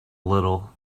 little